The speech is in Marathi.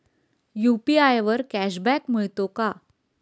यु.पी.आय वर कॅशबॅक मिळतो का?